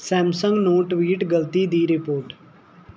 Samsung ਨੂੰ tweet ਗਲਤੀ ਦੀ ਰਿਪੋਰਟ